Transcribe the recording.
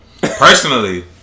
Personally